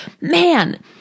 man